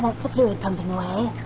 um fluid pumping away.